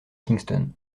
kingston